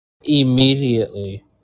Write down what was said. Immediately